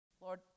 Lord